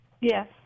Yes